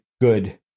good